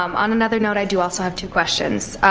um on another note, i do also have two questions.